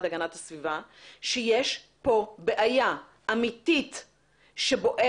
להגנת הסביבה שיש פה בעיה אמיתית שבוערת,